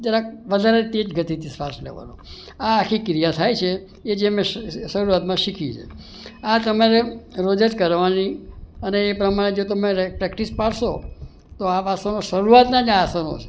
જરાક વધારે તેજ ગતિથી શ્વાસ લેવાનો આ આખી ક્રિયા થાય છે એ જે મે શરૂઆતમાં શીખી છે આ તમારે રોજ જ કરવાની અને એ પ્રમાણે જો તમે પ્રેક્ટિસ પાડશો તો આ આસનો શરૂઆતનાં જ આ આસનો છે